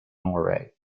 norway